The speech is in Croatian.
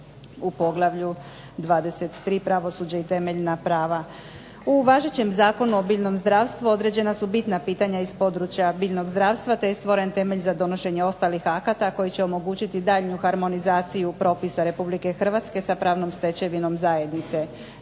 u poglavlju 23. pravosuđe i temeljna prava. U važećem Zakonu o biljnom zdravstvu određena su bitna pitanja iz područja biljnog zdravstva, te je stvoren temelj za donošenje ostalih akata, koji će omogućiti daljnju harmonizaciju propisa Republike Hrvatske, sa pravnom stečevinom zajednice.